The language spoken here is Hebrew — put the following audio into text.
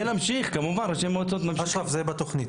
אשרף, זה יהיה בתוכנית.